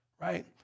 right